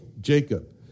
Jacob